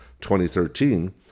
2013